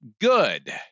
good